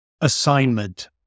assignment